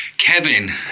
Kevin